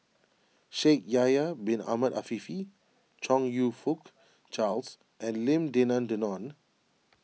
Shaikh Yahya Bin Ahmed Afifi Chong You Fook Charles and Lim Denan Denon